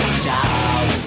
child